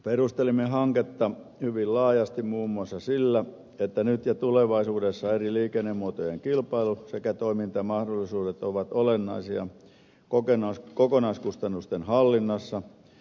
perustelimme hanketta hyvin laajasti muun muassa sillä että nyt ja tulevaisuudessa eri liikennemuotojen kilpailu sekä toimintamahdollisuudet ovat olennaisia kokonaiskustannusten hallinnassa